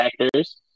actors